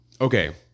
Okay